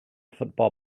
football